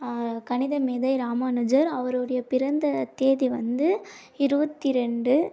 கணித மேதை ராமானுஜர் அவருடைய பிறந்த தேதி வந்து இருபத்தி ரெண்டு